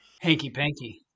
Hanky-panky